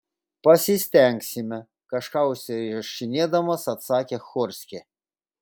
pasistengsime kažką užsirašinėdamas atsakė chorchė